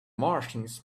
martians